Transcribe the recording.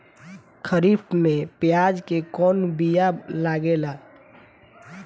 खरीफ में प्याज के कौन बीया लागेला?